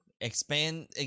Expand